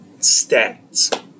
stats